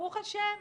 ברוך השם.